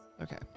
Okay